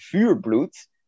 Vuurbloed